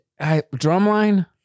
Drumline